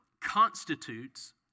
constitutes